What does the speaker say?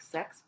Sex